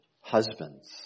husbands